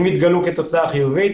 אם תתגלה תוצאה חיובית,